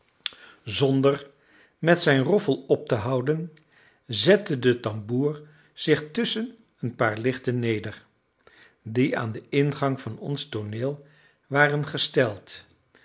zonder met zijn roffel op te houden zette de tamboer zich tusschen een paar lichten neder die aan den ingang van ons tooneel waren gesteld